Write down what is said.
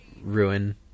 ruin